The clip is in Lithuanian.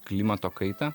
klimato kaitą